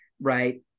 right